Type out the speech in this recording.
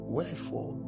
Wherefore